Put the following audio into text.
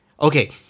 okay